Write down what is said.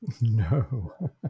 No